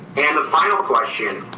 and the final question.